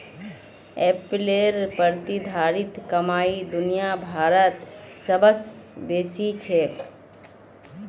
एप्पलेर प्रतिधारित कमाई दुनिया भरत सबस बेसी छेक